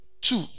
two